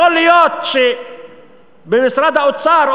יכול להיות שמשרד האוצר,